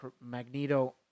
Magneto